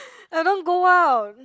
I don't go out